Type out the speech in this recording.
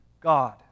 God